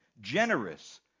generous